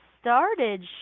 started